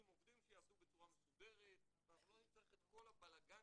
עם עובדים שיעבדו בצורה מסודרת ואנחנו לא נצטרך את כל הבלגן